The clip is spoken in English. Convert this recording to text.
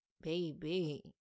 baby